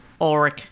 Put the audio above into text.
Ulrich